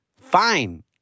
Fine